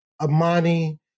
Amani